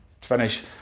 finish